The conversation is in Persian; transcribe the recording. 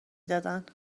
دادن